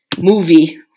movie